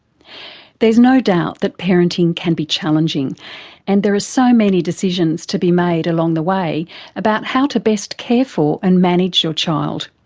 there's no doubt that parenting can be challenging and there are so many decisions to be made along the way about how to best care for and manage your child.